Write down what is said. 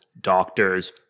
doctors